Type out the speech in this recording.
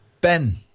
Ben